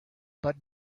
but